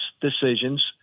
decisions